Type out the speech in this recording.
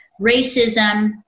racism